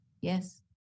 Yes